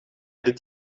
dit